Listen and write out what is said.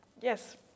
yes